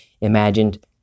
imagined